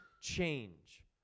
change